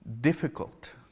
difficult